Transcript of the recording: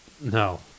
No